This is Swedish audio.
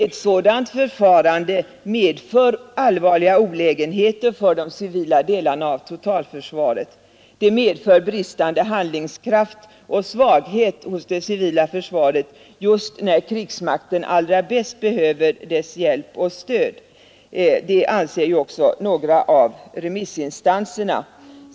Ett sådant förfarande medför allvarliga olägenheter för de civila delarna av totalförsvaret. Det medför bristande handlingskraft och svaghet hos det civila försvaret just när krigsmakten allra mest behöver dess hjälp och stöd. Det anser också några av remissinstanserna.